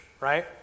right